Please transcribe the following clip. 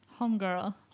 Homegirl